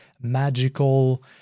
magical